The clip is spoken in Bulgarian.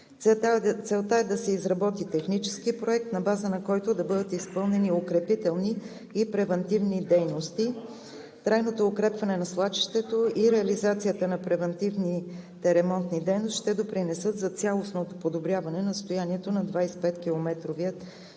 Целта е да се изработи технически проект, на база на който да бъдат изпълнени укрепителни и превантивни дейности. Трайното укрепване на свлачището и реализацията на превантивните ремонтни дейности ще допринесат за цялостното подобряване на състоянието на 25-километровия участък.